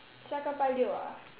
下个拜六啊